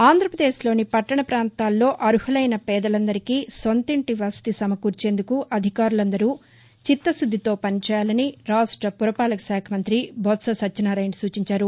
ఆంధ్రప్రదేశ్ లోని పట్టణ పాంతాల్లో అర్హలైన పేదలందరికీ సొంతింటి వసతి సమకూర్చేందుకు అధికారులందరూ చిత్తశుద్దితో పని చేయాలని రాష్ట పురపాలక శాఖ మంతి బొత్స సత్యనారాయణ సూచించారు